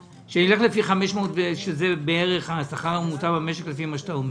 שזה בערך השכר הממוצע במשק לפי מה שאתה אומר.